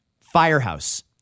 Firehouse